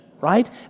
right